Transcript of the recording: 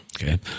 Okay